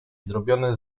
zrobiony